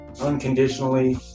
unconditionally